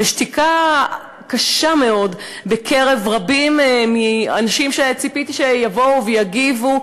והשתיקה קשה מאוד בקרב רבים מהאנשים שציפיתי שיבואו ויגיבו,